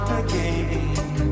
again